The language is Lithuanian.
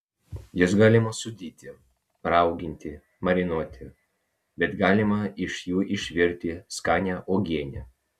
juos galima sūdyti rauginti marinuoti bet galima iš jų išvirti skanią uogienę